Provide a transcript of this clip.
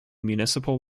municipal